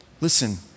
Listen